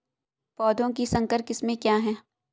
पौधों की संकर किस्में क्या हैं?